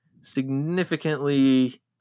significantly